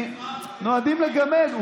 נוהגים לגמד.